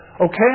Okay